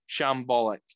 shambolic